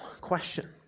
question